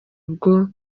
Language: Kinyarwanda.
ubwo